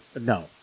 No